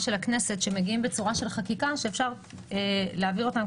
של הכנסת שמגיעים בצורה של חקיקה שאפשר להעביר אותם,